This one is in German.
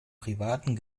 privaten